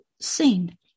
seen